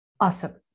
Awesome